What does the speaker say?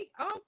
okay